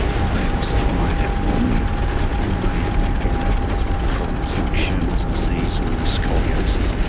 and they ossify abnormally and you may in fact end up with problems like sherman's disease or scoliosis.